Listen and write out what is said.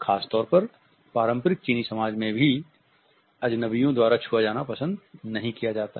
खासतौर पर पारंपरिक चीनी समाज़ में भी अजनबियों द्वारा छुआ जाना पसंद नहीं किया जाता हैं